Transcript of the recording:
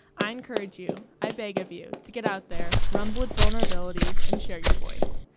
i encourage you, i beg of you, to get out there, run with vulnerability, and share your voice.